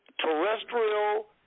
Terrestrial